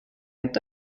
inte